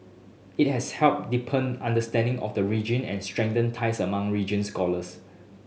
it has helped deepen understanding of the region and strengthened ties among region scholars